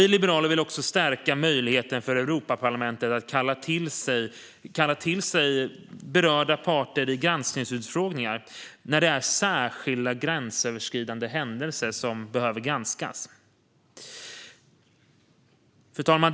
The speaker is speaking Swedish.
Vi liberaler vill också stärka möjligheten för Europaparlamentet att kalla berörda parter till granskningsutfrågningar när särskilda gränsöverskridande händelser behöver granskas. Fru talman!